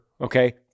okay